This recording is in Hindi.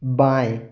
बाएँ